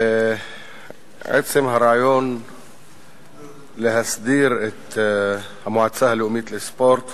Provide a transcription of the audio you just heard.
עצם הרעיון להסדיר את המועצה הלאומית לספורט